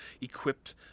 equipped